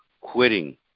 quitting